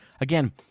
again